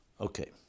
Okay